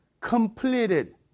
completed